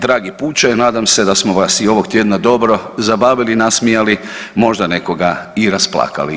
Dragi puče nadam se da smo vas i ovog tjedna dobro zabavili, nasmijali, možda nekoga i rasplakali.